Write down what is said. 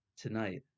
tonight